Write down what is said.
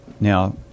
Now